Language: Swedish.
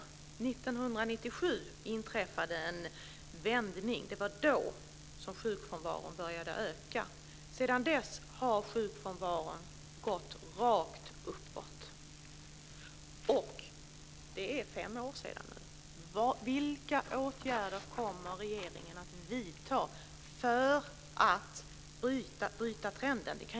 1997 inträffade en vändning. Det var då som sjukfrånvaron började öka. Sedan dess har sjukfrånvaron gått rakt uppåt, och det är nu fem år sedan. Vilka åtgärder kommer regeringen att vidta för att bryta trenden?